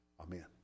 Amen